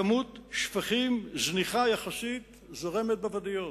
כמות שפכים זניחה יחסית זורמת בוואדיות.